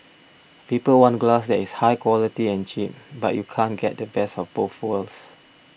people want glass is high quality and cheap but you can't get the best of both worlds